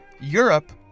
Europe